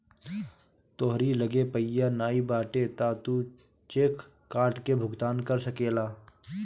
तोहरी लगे पइया नाइ बाटे तअ तू चेक काट के भुगतान कर सकेला